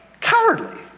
cowardly